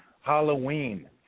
Halloween